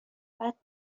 بعد